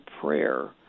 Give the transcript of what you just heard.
prayer